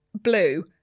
blue